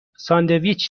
ساندویچ